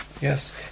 Yes